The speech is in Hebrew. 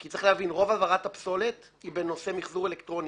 כי צריך להבין: רוב העברת הפסולת היא בנושא מחזור אלקטרוני.